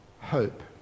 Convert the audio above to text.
hope